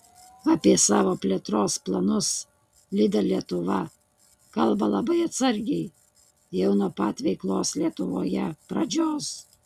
apie savo plėtros planus lidl lietuva kalba labai atsargiai jau nuo pat veiklos lietuvoje pradžios